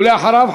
ואחריו,